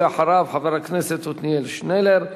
ואחריו חבר הכנסת עתניאל שנלר.